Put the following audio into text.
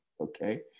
Okay